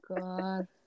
God